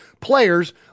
players